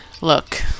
Look